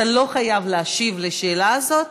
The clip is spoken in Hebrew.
אתה לא חייב להשיב לשאלה הזאת,